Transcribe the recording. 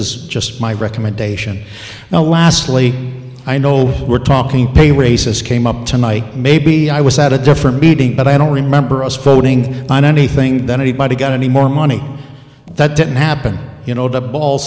is just my recommendation now lastly i know we're talking pay raises came up tonight maybe i was at a different meeting but i don't remember us voting on anything that anybody got any more money that didn't happen you know the ball